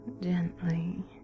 gently